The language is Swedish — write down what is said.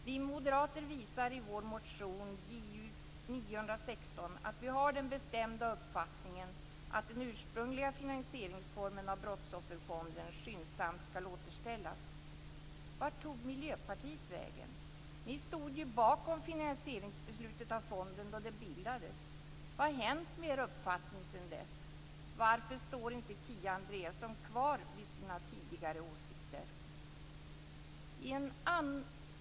Vi moderater visar i vår motion Ju916 att vi har den bestämda uppfattningen att den ursprungliga finansieringsformen av Brottsofferfonden skyndsamt skall återställas. Vart tog Miljöpartiet vägen? Ni stod ju bakom finansieringsbeslutet då fonden bildades! Vad har hänt med er uppfattning sedan dess? Varför står inte Kia Andreasson kvar vid sina tidigare åsikter?